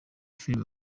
filime